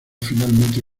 finalmente